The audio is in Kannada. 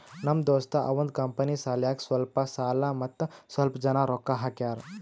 ನಮ್ ದೋಸ್ತ ಅವಂದ್ ಕಂಪನಿ ಸಲ್ಯಾಕ್ ಸ್ವಲ್ಪ ಸಾಲ ಮತ್ತ ಸ್ವಲ್ಪ್ ಜನ ರೊಕ್ಕಾ ಹಾಕ್ಯಾರ್